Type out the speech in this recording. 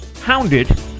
Hounded